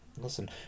listen